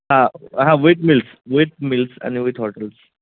हां हां with mills with mills आणि विथ हॉटल्स